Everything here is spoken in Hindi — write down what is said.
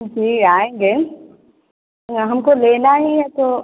जी आएँगे या हमको लेना ही है तो